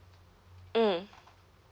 mm